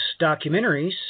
documentaries